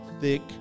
thick